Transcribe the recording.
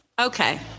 Okay